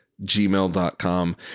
gmail.com